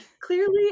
clearly